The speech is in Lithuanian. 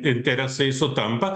interesai sutampa